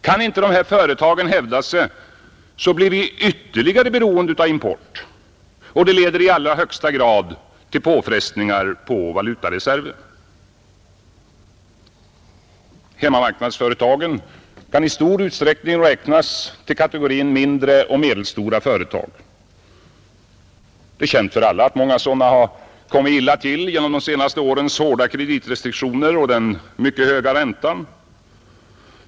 Kan inte de företagen hävda sig, blir vi ytterligare beroende av import, och detta leder i allra högsta grad till påfrestningar på valutareserven. Hemmamarknadsföretagen kan i stor utsträckning räknas till katogrin mindre och medelstora företag. Det är känt för alla att många sådana företag råkat illa ut genom de senaste årens hårda kreditrestriktioner och den mycket höga räntan.